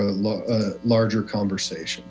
a larger conversation